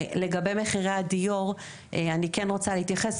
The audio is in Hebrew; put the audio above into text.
לגבי מחירי הדיור אני כן רוצה להתייחס.